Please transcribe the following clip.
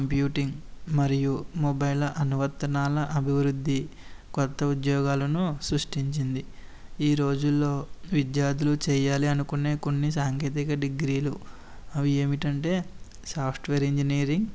computing మరియు mobile అనువర్తనాల అభివృద్ధి కొత్త ఉద్యోగాలను సృష్టించింది ఈ రోజుల్లో విద్యార్థులు చేయాలి అనుకుంటున్నా డిగ్రీలు అవి ఏమిటంటే సాఫ్ట్వేర్ ఇంజనీరింగ్